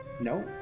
No